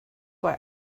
why